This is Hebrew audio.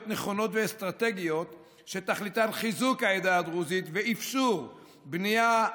נכונות ואסטרטגיות שתכליתן חיזוק העדה הדרוזית ואפשור בנייה,